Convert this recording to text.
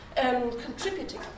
contributing